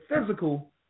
physical